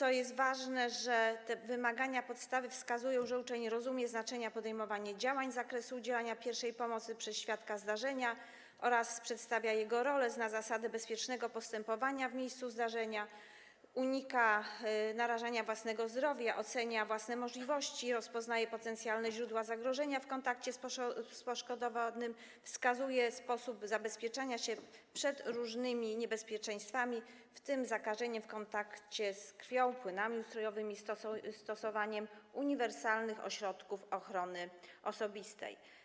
Ważne jest to, że te wymagania w zakresie podstawy wskazują, że uczeń rozumie znaczenie podejmowania działań z zakresu udzielania pierwszej pomocy przez świadka zdarzenia oraz odgrywa jego rolę, zna zasady bezpiecznego postępowania w miejscu zdarzenia, unika narażania własnego zdrowia, ocenia własne możliwości, rozpoznaje potencjalne źródła zagrożenia w kontakcie z poszkodowanym, wskazuje sposób zabezpieczenia się przed różnymi niebezpieczeństwami, w tym w zakresie zakażenia w kontakcie z krwią, płynami ustrojowymi oraz stosowania uniwersalnych środków ochrony osobistej.